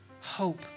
hope